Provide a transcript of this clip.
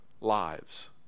lives